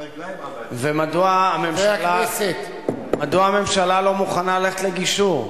ומדוע הממשלה לא מוכנה ללכת לגישור?